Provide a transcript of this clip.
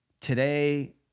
today